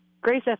Grace